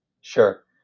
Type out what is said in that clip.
Sure